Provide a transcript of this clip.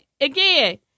again